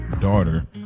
daughter